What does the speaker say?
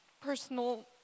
personal